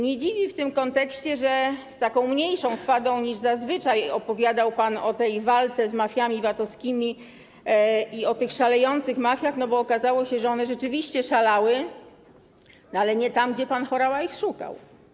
Nie dziwi w tym kontekście, że z mniejszą swadą niż zazwyczaj opowiadał pan o walce z mafiami VAT-owskimi i o szalejących mafiach, bo okazało się, że one rzeczywiście szalały, ale nie tam, gdzie pan Horała ich szukał.